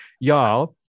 y'all